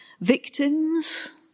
victims